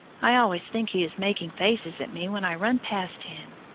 i always think he is making faces at me when i run past him.